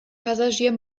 passagier